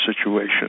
situation